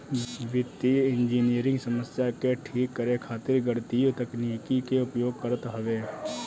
वित्तीय इंजनियरिंग समस्या के ठीक करे खातिर गणितीय तकनीकी के उपयोग करत हवे